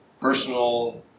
personal